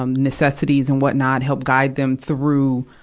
um necessities and what not, help guide them through,